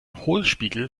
hohlspiegel